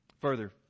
Further